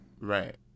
right